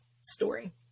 story